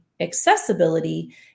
accessibility